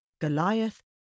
Goliath